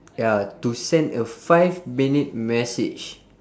ya to send a five minute message